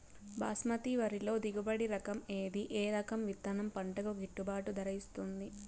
బాస్మతి వరిలో దిగుబడి రకము ఏది ఏ రకము విత్తనం పంటకు గిట్టుబాటు ధర ఇస్తుంది